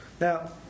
Now